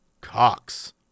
cox